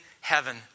heaven